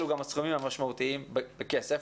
אלו גם הסכומים המשמעותיים בכסף,